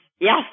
Yes